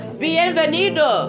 bienvenido